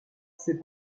ses